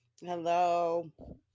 Hello